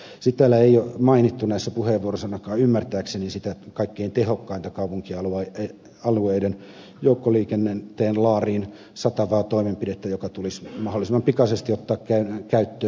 näissä puheenvuoroissa ei ole mainittu ainakaan ymmärtääkseni sitä kaikkein tehokkainta kaupunkialueiden joukkoliikenteen laariin satavaa toimenpidettä joka tulisi mahdollisimman pikaisesti ottaa käyttöön